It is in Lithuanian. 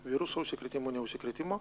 viruso užsikrėtimo ne užsikrėtimo